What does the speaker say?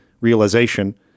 realization